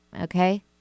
okay